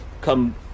come